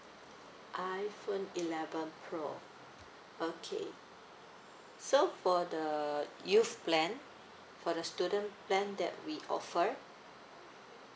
iPhone eleven pro okay so for the youth plan for the student plan that we offer